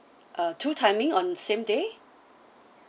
uh two timing on same day